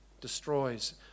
destroys